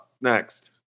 Next